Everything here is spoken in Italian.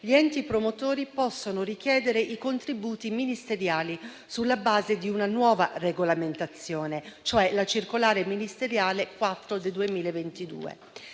gli enti promotori possono richiedere i contributi ministeriali sulla base di una nuova regolamentazione, prevista dalla circolare ministeriale n. 4 del 2022.